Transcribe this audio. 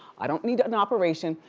i don't need an operation.